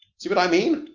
see what i mean?